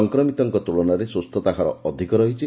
ସଂକ୍ରମିତଙ୍କ ତୁଳନାରେ ସୁସ୍ଥତା ହାର ଅଧିକ ରହିଛି